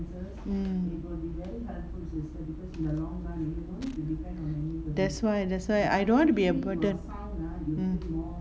mm that's why that's why I don't want to be a burden mm